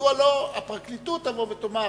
מדוע לא הפרקליטות תבוא ותאמר